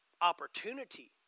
opportunity